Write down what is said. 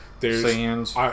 Sands